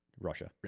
Russia